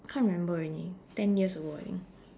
can't remember already ten years ago I think